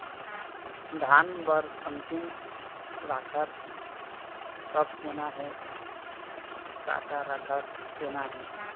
धान बर अन्तिम राखर कब देना हे, का का राखर देना हे?